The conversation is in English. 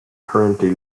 currently